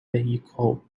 vehicle